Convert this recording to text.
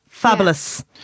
Fabulous